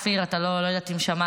אני לא יודעת אם שמעת,